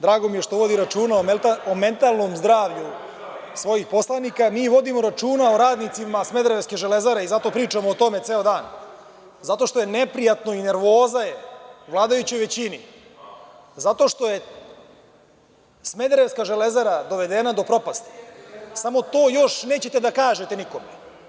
Drago mi je što vodi računa o mentalnom zdravlju svojih poslanika, ali mi vodimo računa o radnicima smederevske „Železare“ i zato pričamo o tome ceo dan, zato što je neprijatno i nervoza je u vladajućoj većini zato što je smederevska „Železara“ dovedena do propasti, samo to još vi nećete da kažete nikome.